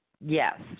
Yes